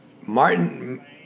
Martin